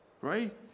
Right